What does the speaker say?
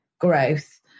growth